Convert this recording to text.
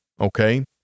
okay